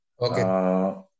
Okay